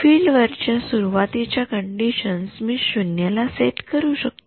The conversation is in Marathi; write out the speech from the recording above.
फील्ड वरच्या सुरवातीच्या कंडिशन्स मी शून्य ला सेट करू शकतो